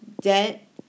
debt